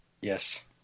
Yes